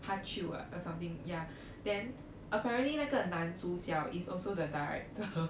pa chew ah or something ya then apparently 那个男主角 is also the director